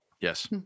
Yes